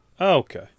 Okay